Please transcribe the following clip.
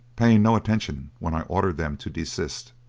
paying no attention when i ordered them to desist,